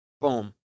Boom